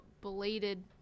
belated